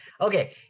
Okay